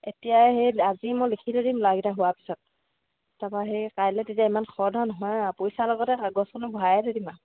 এতিয়া সেই আজি মই লিখি থৈ দিম ল'ৰাগিটা সুৱাৰ পিছত তাৰ পৰা সেই কাইলে তেতিয়া ইমান খৰ ধৰ নহয় আৰু পইচা লগতে কাগজখনো ভূৰাই থৈ দিম আৰু